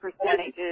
percentages